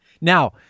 Now